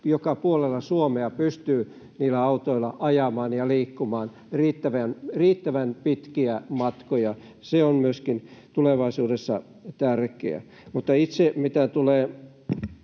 joka puolella Suomea pystyy niillä autoilla ajamaan ja liikkumaan riittävän pitkiä matkoja. Se on myöskin tulevaisuudessa tärkeää. Mutta mitä tulee